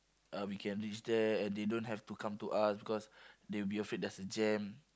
uh we can reach there and they don't have to come to us because they'll be afraid there's a jam